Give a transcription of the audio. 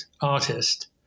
artist